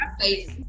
face